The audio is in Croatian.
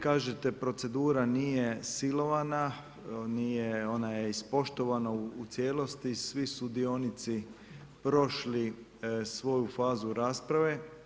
Kažete procedura nije silovana, nije ona je ispoštovana u cijelosti, svi sudionici prošli svoju fazu rasprave.